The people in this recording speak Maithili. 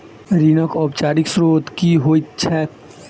ऋणक औपचारिक स्त्रोत की होइत छैक?